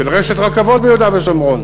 של רשת רכבות ביהודה ושומרון,